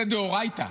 זה דאורייתא.